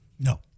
No